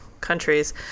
countries